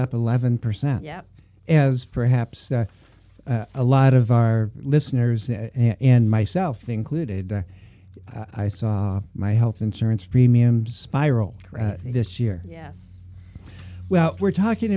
up eleven percent yeah as perhaps a lot of our listeners and myself included i saw my health insurance premiums spiral this year yes well we're talking